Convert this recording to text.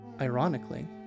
Ironically